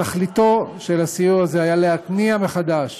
תכליתו של הסיור הזה הייתה להתניע מחדש